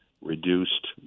reduced